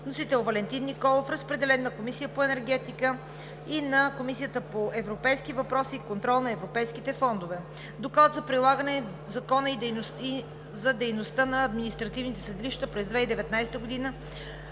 представител Валентин Николов. Разпределен е на Комисията по енергетика и на Комисията по европейските въпроси и контрол на европейските фондове. Доклад за прилагане на Закона за дейността на административните съдилища през 2019 г.